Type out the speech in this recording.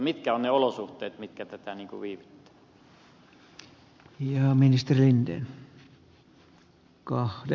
mitkä ovat ne olosuhteet mitkä tätä viitoittivat